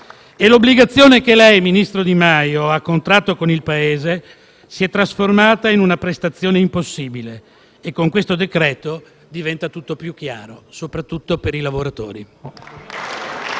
e l'obbligazione che lei, ministro Di Maio, ha contratto con il Paese si è trasformata in una prestazione impossibile e, con questo provvedimento, diventa tutto più chiaro, soprattutto per i lavoratori.